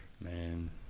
man